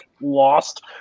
lost